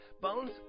Bones